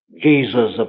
Jesus